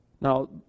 Now